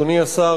אדוני השר,